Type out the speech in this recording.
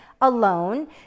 alone